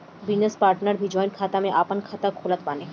business partner भी joint खाता में आपन खाता खोलत बाने